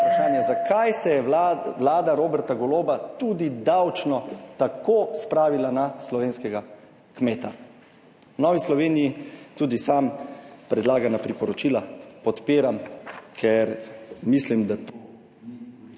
zakaj se je Vlada Roberta Goloba tudi davčno tako spravila na slovenskega kmeta. V Novi Sloveniji tudi sam predlagana priporočila podpiram, ker mislim, da to…